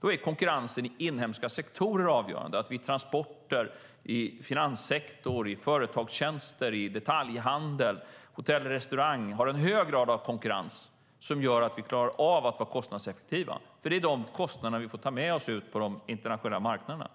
Då är konkurrensen i inhemska sektorer avgörande, att det i transporter, i finanssektor, i företagstjänster, i detaljhandel samt hotell och restaurang finns en hög grad av konkurrens som gör att vi klarar av att vara kostnadseffektiva. Det är de kostnaderna vi får ta med oss ut på de internationella marknaderna.